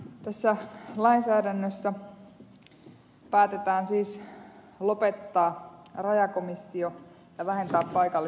tässä lainsäädännössä päätetään siis lopettaa rajakomissio ja vähentää paikallista päätäntävaltaa